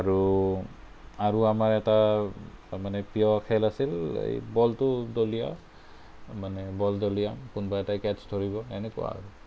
আৰু আৰু আমাৰ এটা মানে প্ৰিয় খেল আছিল বলটো দলিয়াওঁ মানে বল দলিয়াওঁ কোনোবা এটাই কেটচ্ ধৰিব এনেকুৱা আৰু